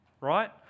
right